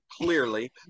clearly